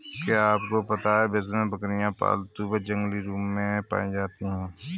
क्या आपको पता है विश्व में बकरियाँ पालतू व जंगली रूप में पाई जाती हैं?